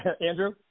Andrew